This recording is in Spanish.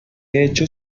hecho